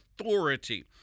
authority